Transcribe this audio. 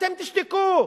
אתם תשתקו,